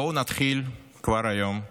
בואו נתחיל כבר היום,